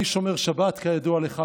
אני שומר שבת כידוע לך,